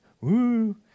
Woo